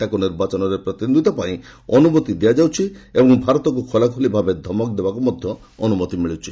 ତାକୁ ନିର୍ବାଚନରେ ପ୍ରତିଦ୍ୱନ୍ଦ୍ୱିତା ପାଇଁ ଅନୁମତି ଦିଆଯାଉଛି ଏବଂ ଭାରତକୁ ଖୋଲାଖୋଲି ଭାବେ ଧମକ ଦେବାକୁ ମଧ୍ୟ ଅନୁମତି ମିଳୁଛି